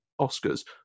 oscars